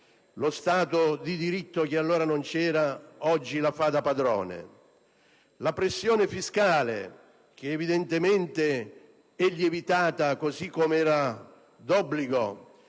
Lo Stato di diritto che allora non c'era oggi la fa da padrone. La pressione fiscale che evidentemente è lievitata, così come era d'obbligo,